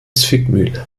zwickmühle